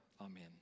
Amen